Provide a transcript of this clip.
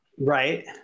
Right